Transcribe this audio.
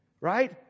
right